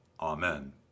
Amen